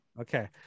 okay